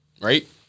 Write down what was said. right